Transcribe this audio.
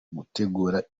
gutegura